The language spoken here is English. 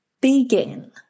begin